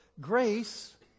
grace